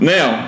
Now